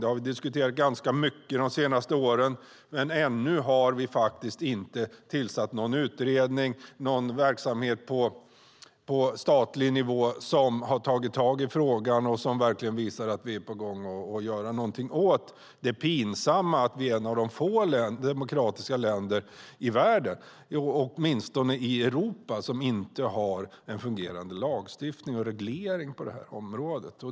Det har vi diskuterat ganska mycket de senaste åren, men ännu har vi inte tillsatt någon utredning eller verksamhet på statlig nivå som har tagit tag i frågan och visar att vi är på gång att göra något åt det pinsamma att vi är ett av de få demokratiska länderna i Europa och världen som inte har en fungerande lagstiftning på detta område.